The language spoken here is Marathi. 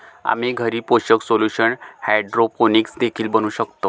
आम्ही घरी पोषक सोल्यूशन हायड्रोपोनिक्स देखील बनवू शकतो